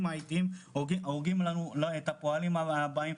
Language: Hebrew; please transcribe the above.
האיטיים הורגים לנו את הפועלים הבאים,